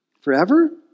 forever